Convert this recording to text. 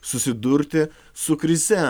susidurti su krize